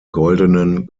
goldenen